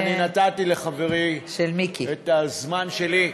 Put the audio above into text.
אין בעיה, אני נתתי לחברי את הזמן שלי.